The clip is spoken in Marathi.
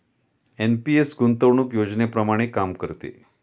एन.पी.एस गुंतवणूक योजनेप्रमाणे काम करते